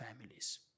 families